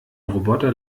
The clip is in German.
roboter